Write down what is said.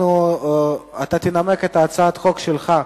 אתה תנמק את הצעת החוק שלך,